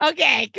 Okay